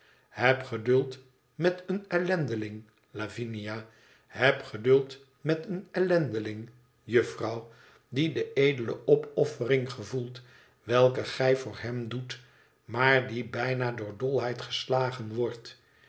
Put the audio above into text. heb geduld met een ellendeling lavinia heb geduld meteen ellendeling jufifrouw diede edele opoffering gevoelt welke gij voor hem doet maar die bijna door dolheid geslagen wordt